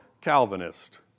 Calvinist